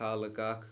خالہٕ کاک